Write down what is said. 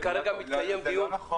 אני אומר שלמרות --- זה לא נכון,